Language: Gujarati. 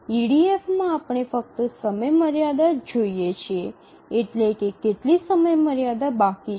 ઇડીએફમાં આપણે ફક્ત સમયમર્યાદા જ જોઈએ છીએ એટલે કે કેટલી સમયમર્યાદા બાકી છે